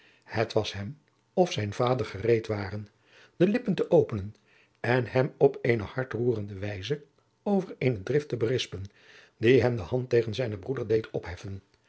het was hem of zijn vader gereed ware de lippen te openen en hem op eene hartroerende wijze over eene drift te berispen die hem de hand tegen zijnen broeder deed opheffen